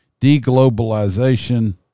deglobalization